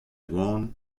goan